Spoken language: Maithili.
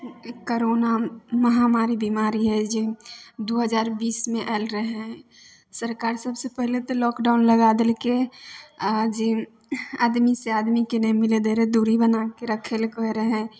ई कोरोना महामारी बीमारी है जे दू हजार बीसमे आयल रहै सरकार सबसे पहिले तऽ लॉकडाउन लगा देलकै आ जे आदमी से आदमीके नहि मिलै दै रहै दुरी बनाके रखै लए कहै रहै